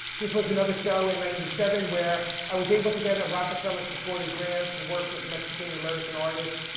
this was another show in ninety seven where i was able to get a rockefeller supported grant to work with mexican and american artists,